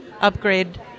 upgrade